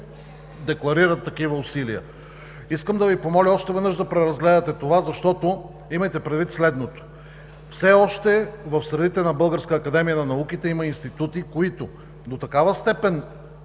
декларират такива усилия. Искам да Ви помоля още веднъж да преразгледате това, защото имайте предвид следното. Все още в средите на БАН има институти, които в голяма степен